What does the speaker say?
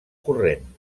corrent